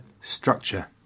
structure